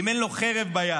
ואם אין חרב ביד?